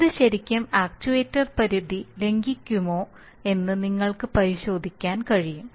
ഇത് ശരിക്കും ആക്ച്യുവേറ്റർ പരിധി ലംഘിക്കുമോ എന്ന് നിങ്ങൾക്ക് പരിശോധിക്കാൻ കഴിയും